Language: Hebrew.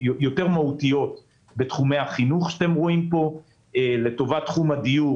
מהותיות יותר בתחומי החינוך; לטובת תחום הדיור